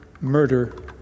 murder